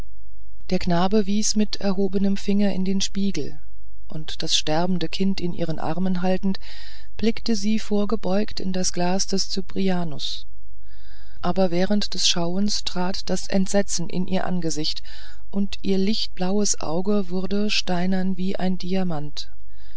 der knabe wies mit erhobenem finger in den spiegel und das sterbende kind in ihren armen haltend blickte sie vorgebeugt in das glas des cyprianus aber während des schauens trat das entsetzen in ihr angesicht und ihr lichtblaues auge wurde steinern wie ein diamant